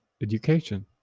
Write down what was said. education